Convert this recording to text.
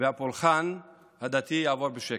והפולחן הדתי, יעבור בשקט.